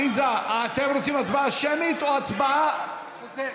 עליזה, אתם רוצים הצבעה שמית או הצבעה חוזרת?